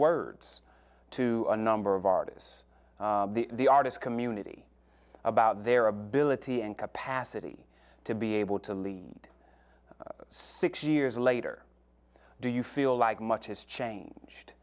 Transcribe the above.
words to a number of artists the artist community about their ability and capacity to be able to lead six years later do you feel like much has changed